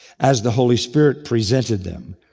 as the holy spirit presented them.